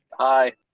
aye,